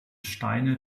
steine